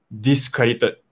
discredited